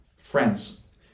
Friends